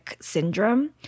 syndrome